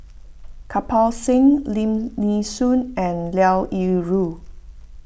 Kirpal Singh Lim Nee Soon and Liao Yingru